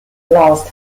lost